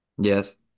yes